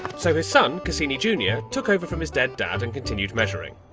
so his son, cassini junior, took over from his dead dad and continued measuring.